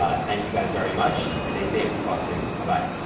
ah thank you guys very much. stay safe. we'll talk soon, um like